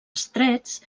estrets